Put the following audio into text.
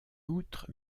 outre